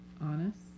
honest